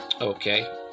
okay